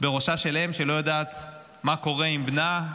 בראשה של אם שלא יודעת מה קורה עם בנה,